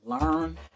learn